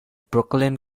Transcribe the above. brooklyn